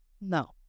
No